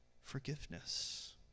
forgiveness